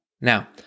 Now